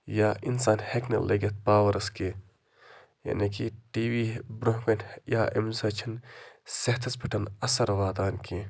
یا اِنسان ہٮ۪کہِ نہٕ لٔگِتھ پاورَس کیٚنٛہہ یعنی کہِ ٹی وی برٛونٛہہ کَنہِ یا اَمۍ سۭتۍ چھِنہٕ صحتَس پٮ۪ٹھ اَثَر واتان کیٚنٛہہ